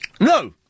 no